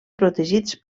pels